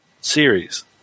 series